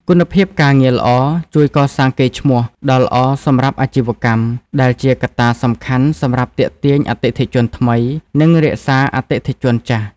គុណភាពការងារល្អជួយ កសាងកេរ្តិ៍ឈ្មោះ ដ៏ល្អសម្រាប់អាជីវកម្ម ដែលជាកត្តាសំខាន់សម្រាប់ទាក់ទាញអតិថិជនថ្មី និងរក្សាអតិថិជនចាស់។